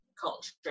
culture